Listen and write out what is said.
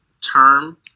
term